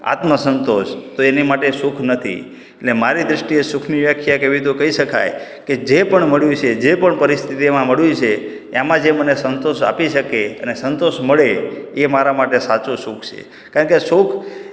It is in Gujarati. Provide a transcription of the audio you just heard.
આત્મસંતોષ તો એની માટે સુખ નથી અને મારી દૃષ્ટિએ સુખની વ્યાખ્યા કહેવી તો કહી શકાય કે જે પણ મળ્યું છે જે પણ પરિસ્થિતિમાં મળ્યું છે એમાં જે મને સંતોષ આપી શકે અને સંતોષ મળે એ મારા માટે સાચું સુખ છે કારણ કે સુખ